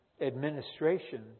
administration